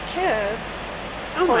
kids